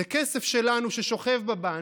זה כסף שלנו ששוכב בבנק,